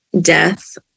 death